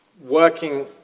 working